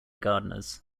gardeners